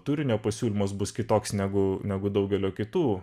turinio pasiūlymas bus kitoks negu negu daugelio kitų